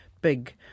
big